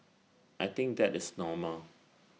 I think that is normal